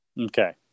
Okay